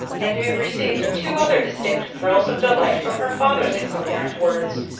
and he received two other distinct thrills of delight from her father's incoherent words.